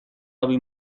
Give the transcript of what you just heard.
آبی